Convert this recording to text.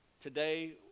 today